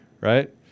right